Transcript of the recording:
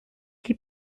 qui